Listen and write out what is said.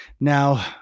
Now